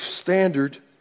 standard